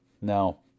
Now